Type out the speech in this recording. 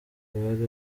bari